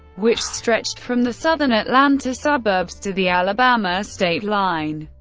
which stretched from the southern atlanta suburbs to the alabama state line.